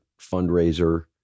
fundraiser